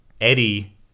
Eddie